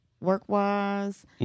work-wise